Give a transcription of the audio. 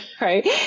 Right